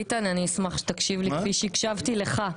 ביטן, אני אשמח שתקשיב לי כפי שאני הקשבתי לך.